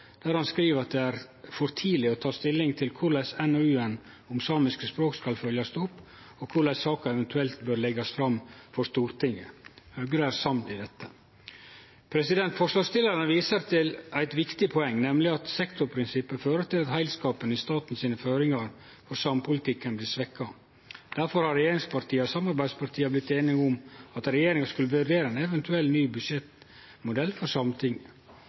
der han skriv at det er for tidleg å ta stilling til korleis NOU-en om samiske språk skal følgjast opp, og korleis saka eventuelt bør leggjast fram for Stortinget. Høgre er samd i dette. Forslagsstillarane viser til eit viktig poeng, nemleg at sektorprinsippet fører til at heilskapen i staten sine føringar for samepolitikken blir svekte. Derfor har regjeringspartia og samarbeidspartia blitt einige om at regjeringa skal vurdere ein eventuell ny budsjettmodell for